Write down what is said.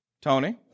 Tony